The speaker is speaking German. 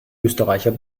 österreicher